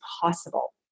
possible